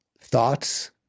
thoughts